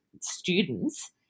students